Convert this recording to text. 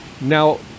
Now